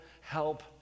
help